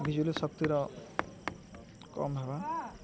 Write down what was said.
ବିଜୁଳି ଶକ୍ତିର କମ ହେବା